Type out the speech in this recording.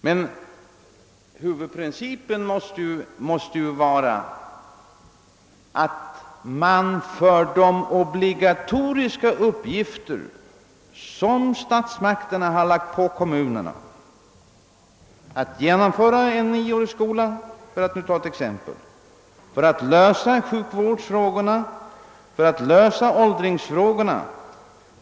Men huvudprincipen måste vara att man får betalt för de obligatoriska uppgifter som statsmakterna lagt på kommunerna — införandet av nioårsskolan, lösandet av sjukvårdsfrågorna och = åldringsfrågorna.